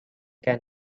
can